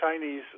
Chinese